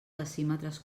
decímetres